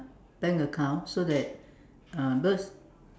bank account so that uh because